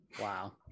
Wow